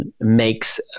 makes